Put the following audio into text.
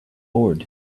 board